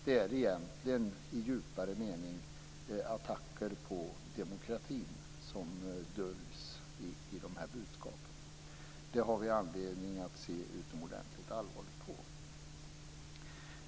Det är egentligen i djupare mening attacker mot demokratin som döljs i de här budskapen, och det har vi anledning att se utomordentligt allvarligt på.